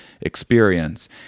experience